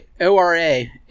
O-R-A